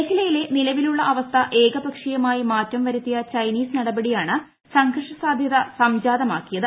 മേഖലയിലെ നിലവിലുള്ള അവസ്ഥ ഏകപക്ഷീയമായി മാറ്റം വരുത്തിയ ചൈനീസ് നടപടിയാണ് സംഘർഷ സാധ്യത സംജാതമാക്കിയത്